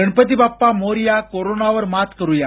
गणपती बाप्पा मोरया कोरोनावर मात करुवा